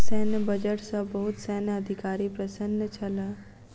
सैन्य बजट सॅ बहुत सैन्य अधिकारी प्रसन्न छल